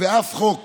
ואף חוק